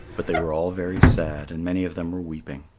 but they were all very sad and many of them were weeping.